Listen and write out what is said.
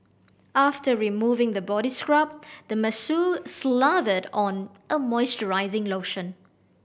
after removing the body scrub the masseur slathered on a moisturizing lotion